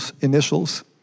initials